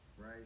right